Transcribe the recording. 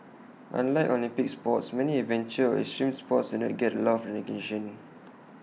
unlike Olympic sports many adventure or extreme sports and not get A lot of recognition